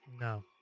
No